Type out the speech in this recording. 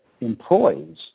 employees